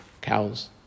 cows